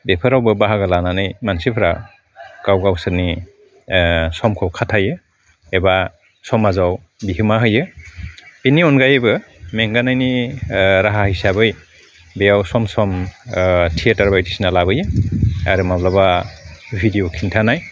बेफोरावबो बाहागो लानानै मानसिफोरा गाव गावसोरनि समखौ खाथायो एबा समाजाव बिहोमा होयो बेनि अनगायैबो मेंगानायनि राहा हिसाबै बेयाव सम मस थियाटार बायदिसिना लाबोयो आरो माब्लाबा भिडिअ खिन्थानाय